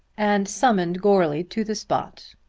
and summoned goarly to the spot.